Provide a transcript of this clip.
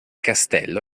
castello